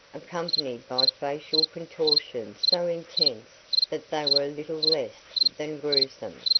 accompanied by facial contortions so intense that they were little less than gruesome.